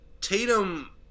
Tatum